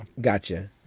Gotcha